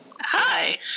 Hi